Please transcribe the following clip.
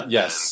Yes